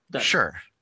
sure